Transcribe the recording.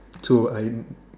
to I am